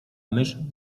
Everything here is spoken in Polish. mysz